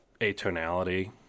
atonality